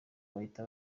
bahita